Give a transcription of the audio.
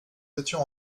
étions